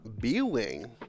b-wing